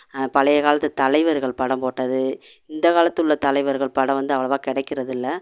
பழைய காலத்து தலைவர்கள் படம் போட்டது இந்த காலத்துள்ள தலைவர்கள் படம் வந்து அவ்வளவா கிடைக்கிறதில்ல